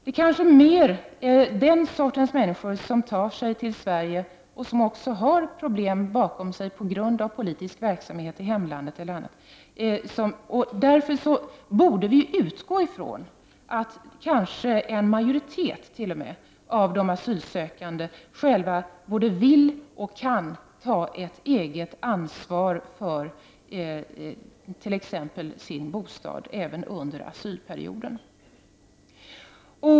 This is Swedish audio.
Det kanske är mer den sortens människor som tar sig till Sverige och som har problem bakom sig på grund av politisk verksamhet i hemlandet, och därför borde man utgå från att kanske t.o.m. en majoritet av de asylsökande själva både vill och kan ta ett eget ansvar för t.ex. sin bostad även under asylperioden.